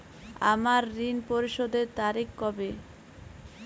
আমার ঋণ পরিশোধের তারিখ কবে?